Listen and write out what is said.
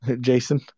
Jason